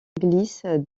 glisse